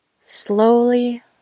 slowly